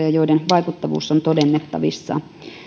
ja joiden vaikuttavuus on todennettavissa